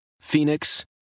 Phoenix